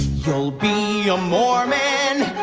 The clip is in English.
you'll be a mormon.